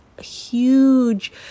huge